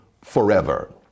forever